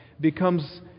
becomes